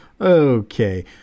okay